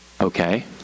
Okay